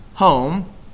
home